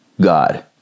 God